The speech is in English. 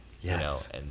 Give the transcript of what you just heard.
Yes